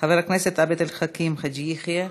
חבר הכנסת עבד אל חכים חאג' יחיא,